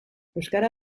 euskara